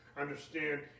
understand